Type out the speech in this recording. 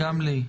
גם לי.